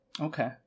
Okay